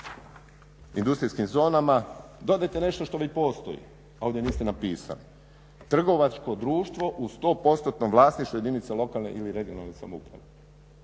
industrijskim zonama dodajte nešto što već postoji, a ovdje niste napisali. Trgovačko društvo u 100%-tnom vlasništvu jedinice lokalne samouprave ili regionalne samouprave